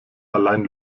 allein